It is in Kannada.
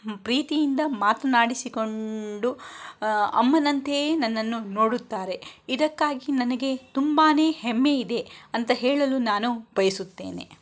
ಪ್ರೀತಿಯಿಂದ ಮಾತನಾಡಿಸಿಕೊಂಡು ಅಮ್ಮನಂತೆಯೇ ನನ್ನನ್ನು ನೋಡುತ್ತಾರೆ ಇದಕ್ಕಾಗಿ ನನಗೆ ತುಂಬಾ ಹೆಮ್ಮೆಯಿದೆ ಅಂತ ಹೇಳಲು ನಾನು ಬಯಸುತ್ತೇನೆ